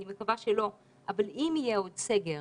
אני מקווה שלא, אבל אם יהיה עוד סגר